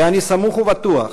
ואני סמוך ובטוח